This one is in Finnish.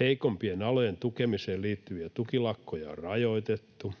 Heikompien alojen tukemiseen liittyviä tukilakkoja on rajoitettu,